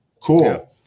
cool